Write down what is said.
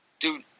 Dude